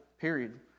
period